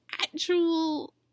actual